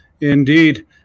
Indeed